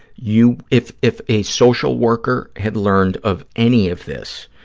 you, if if a social worker had learned of any of this,